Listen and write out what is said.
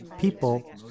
People